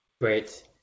Great